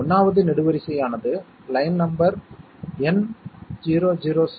இப்போது நாம் லாஜிக் கேட்களின் சில சிம்பல்ஸ்க்கு வருகிறோம்